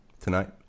tonight